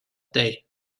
day